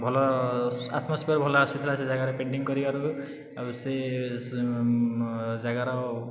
ଭଲ ଆଟ୍ମୋସ୍ଫୀୟର୍ ଭଲ ଆସିଥିଲା ସେ ଜାଗାରେ ପେଣ୍ଟିଙ୍ଗ୍ କରିବାରୁ ଆଉ ସେ ଜାଗାର